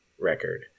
record